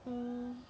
mm